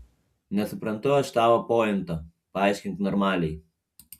nesuprantu aš tavo pointo paaiškink normaliai